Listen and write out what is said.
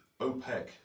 OPEC